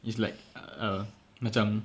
it's like err macam